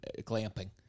glamping